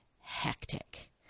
hectic